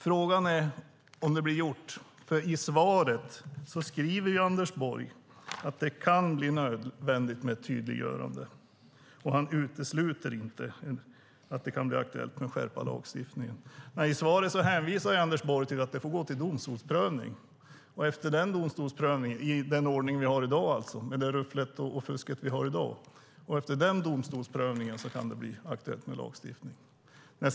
Frågan är om det blir gjort, för i svaret säger Anders Borg att det kan bli nödvändigt med ett tydliggörande och att han inte utesluter att det kan bli aktuellt att skärpa lagstiftningen. I svaret hänvisar Anders Borg till att den ordning med ruffel och fusk vi har i dag får gå till domstolsprövning och att det efter den domstolsprövningen kan bli aktuellt med lagstiftning.